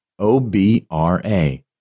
OBRA